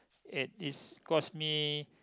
it is cost me